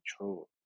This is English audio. true